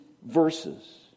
verses